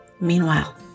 Meanwhile